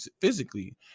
physically